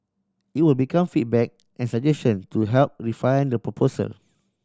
it would be come feedback and suggestion to help refine the proposal